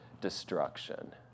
destruction